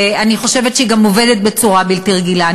ואני חושבת שהיא גם עובדת בצורה בלתי רגילה.